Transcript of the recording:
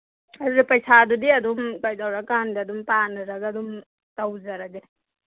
ꯑꯗ ꯄꯩꯁꯥꯗꯨꯗꯤ ꯑꯗꯨꯝ ꯀꯩꯗꯧꯔꯀꯥꯟꯗ ꯑꯗꯨꯝ ꯄꯥꯅꯔꯒ ꯑꯗꯨꯝ ꯇꯧꯖꯔꯒꯦ